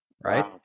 right